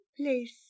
place